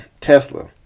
Tesla